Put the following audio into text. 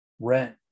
rent